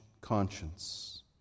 conscience